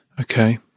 Okay